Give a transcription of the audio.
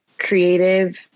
creative